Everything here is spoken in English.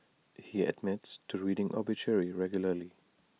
he admits to reading obituary regularly